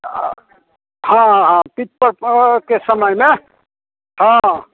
आ हँ हँ पित्त परके समयमे हँ